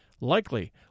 Likely